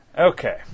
Okay